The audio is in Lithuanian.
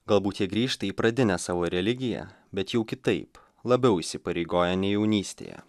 galbūt jie grįžta į pradinę savo religiją bet jau kitaip labiau įsipareigoję nei jaunystėje